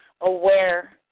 aware